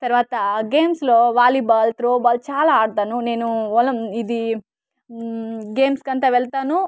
తర్వాత గేమ్స్లో volleyball throw ball చాలా ఆడతాను నేను ఒలం ఇది గేమ్స్ కంతా వెళ్తాను